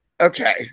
Okay